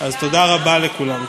תודה רבה לכולם.